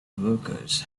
workers